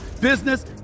business